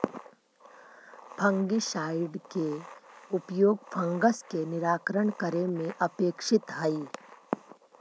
fungicide के उपयोग fungus के निराकरण करे में अपेक्षित हई